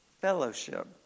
fellowship